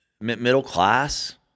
middle-class